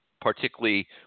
particularly